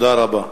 תודה רבה.